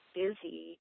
busy